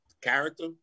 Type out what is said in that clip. character